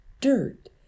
dirt